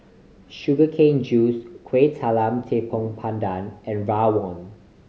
sugar cane juice Kueh Talam Tepong Pandan and rawon